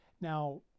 Now